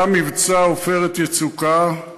היה מבצע "עופרת יצוקה".